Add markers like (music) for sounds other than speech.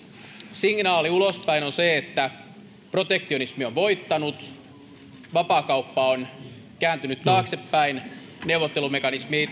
signaali ulospäin on se että protektionismi on voittanut vapaakauppa on kääntynyt taaksepäin neuvottelumekanismi (unintelligible)